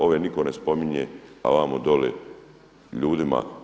Ove nitko ne spominje, a vamo doli ljudima.